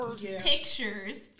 pictures